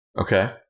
Okay